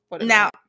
Now